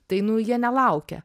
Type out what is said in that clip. tai nu jie nelaukia